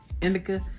indica